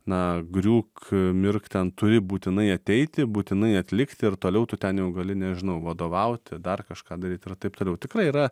na griūk mirk ten turi būtinai ateiti būtinai atlikt ir toliau tu ten jau gali nežinau vadovauti dar kažką daryt ir taip toliau tikrai yra